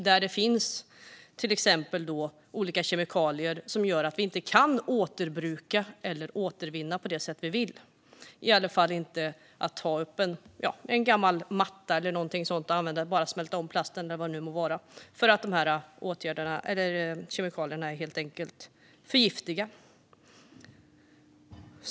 Det finns olika kemikalier som gör att vi inte kan återbruka eller återvinna på det sätt vi vill, till exempel går det inte att ta upp en gammal matta eller någonting sådant och använda, smälta om plasten eller vad det nu må vara eftersom kemikalierna helt enkelt är för giftiga.